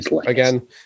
again